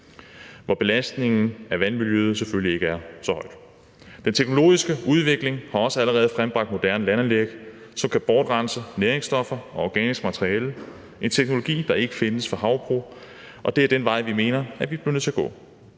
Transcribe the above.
hvor belastningen af vandmiljøet selvfølgelig ikke er så stor, frem for på havet. Den teknologiske udvikling har også allerede frembragt moderne landanlæg, som kan bortrense næringsstoffer og organisk materiale – en teknologi, der ikke findes for havbrug – og det er den vej, vi mener vi bliver nødt til at gå.